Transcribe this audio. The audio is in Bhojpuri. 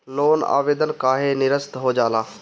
लोन आवेदन काहे नीरस्त हो जाला?